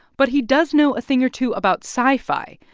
but he does know a thing or two about sci-fi.